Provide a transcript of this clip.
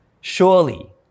Surely